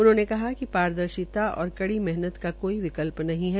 उन्होंने कहा कि पारदर्शिता और कड़ी मेहनत का कोई विकल्प नहीं है